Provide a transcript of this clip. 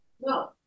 No